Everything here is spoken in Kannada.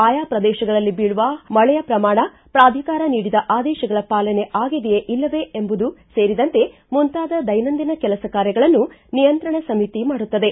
ಆಯಾ ಪ್ರದೇಶಗಳಲ್ಲಿ ಬೀಳುವ ಮಳೆಯ ಪ್ರಮಾಣ ಪ್ರಾಧಿಕಾರ ನೀಡಿದ ಆದೇಶಗಳ ಪಾಲನೆ ಆಗಿದೆಯೇ ಇಲ್ಲವೇ ಎಂಬುದು ಸೇರಿದಂತೆ ಮುಂತಾದ ದೈನಂದಿನ ಕೆಲಸ ಕಾರ್ಯಗಳನ್ನು ನಿಯಂತ್ರಣ ಸಮಿತಿ ಮಾಡುತ್ತದೆ